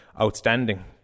outstanding